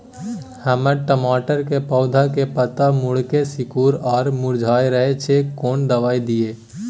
हमर टमाटर के पौधा के पत्ता मुड़के सिकुर आर मुरझाय रहै छै, कोन दबाय दिये?